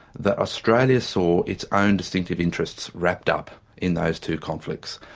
that australia saw its own distinctive interests wrapped up in those two conflicts.